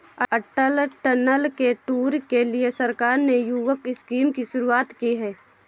अटल tunnel के tour के लिए सरकार ने युवक स्कीम की शुरुआत की है